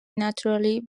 naturally